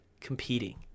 competing